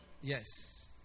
Yes